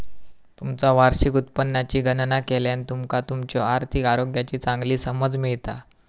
तुमचा वार्षिक उत्पन्नाची गणना केल्यान तुमका तुमच्यो आर्थिक आरोग्याची चांगली समज मिळता